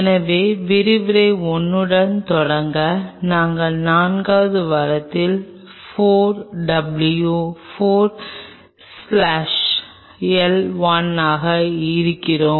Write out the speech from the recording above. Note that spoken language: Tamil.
எனவே விரிவுரை 1 உடன் தொடங்க நாங்கள் 4 வது வாரத்தில் 4 W 4 ஸ்லாஷ் L 1 ஆக இருக்கிறோம்